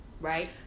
right